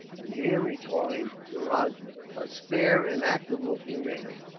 and here reclined the rajah, a spare and active-looking man,